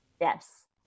Yes